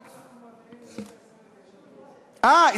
אה,